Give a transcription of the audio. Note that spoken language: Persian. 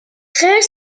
خرس